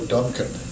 Duncan